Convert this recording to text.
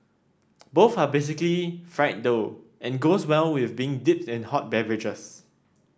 both are basically fried dough and goes well with being dipped in hot beverages